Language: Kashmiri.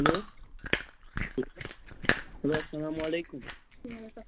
ہیٚلو ہیٚلو اسلام علیکُم